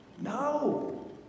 No